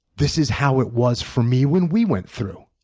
this is how it was for me when we went through.